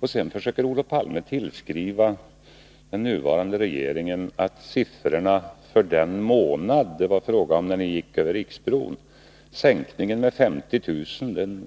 Och sedan försöker Olof Palme tillskriva den nuvarande regeringen äran av att siffrorna för den månad det var fråga om när den gick över Riksbron sjönk med 50 000!